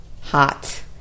hot